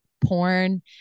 porn